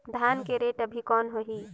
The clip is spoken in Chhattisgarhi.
धान के रेट अभी कौन होही?